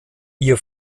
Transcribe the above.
ihr